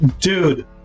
dude